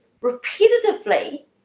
repetitively